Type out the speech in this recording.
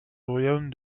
royaume